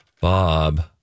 Bob